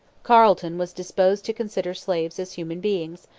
carleton was disposed to consider slaves as human beings,